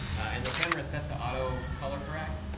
and the camera is set to auto color correct.